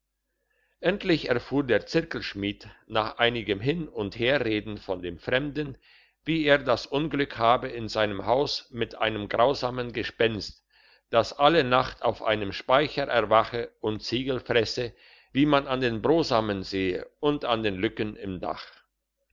endlich erfuhr der zirkelschmied nach einigem hin und herreden von dem fremden wie er das unglück habe in seinem haus mit einem grausamen gespenst das alle nacht auf seinem speicher erwache und ziegel fresse wie man an den brosamen sehe und an den lücken im dach